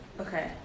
Okay